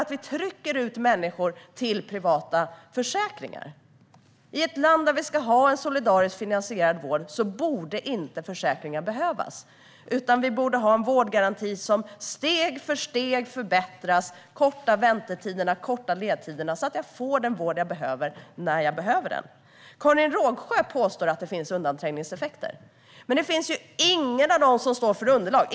Det är detta som gör att människor trycks ut till privata försäkringar. I ett land där vi ska ha en solidariskt finansierad vård borde försäkringar inte behövas. Vi borde ha en vårdgaranti som steg för steg förbättras och som kortar väntetiderna och ledtiderna så att man får den vård man behöver när man behöver den. Karin Rågsjö påstår att det finns undanträngningseffekter. Men det finns inget om det i något underlag.